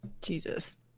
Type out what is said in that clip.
jesus